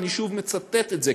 אני שוב מצטט את זה,